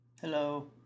Hello